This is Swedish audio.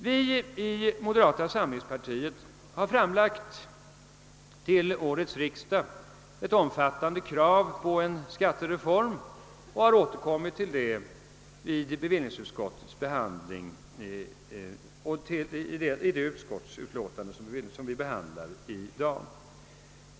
Vi i moderata samlingspartiet har framlagt ett krav på en skattereform, som behandlas i det betänkande från bevillningsutskottet som i dag föreligger.